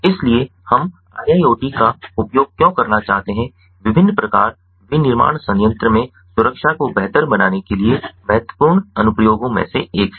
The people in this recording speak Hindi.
इसलिए हम IIoT का उपयोग क्यों करना चाहते हैं विभिन्न प्रकार विनिर्माण संयंत्र में सुरक्षा को बेहतर बनाने के लिए महत्वपूर्ण अनुप्रयोगों में से एक है